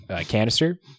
Canister